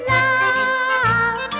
love